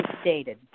stated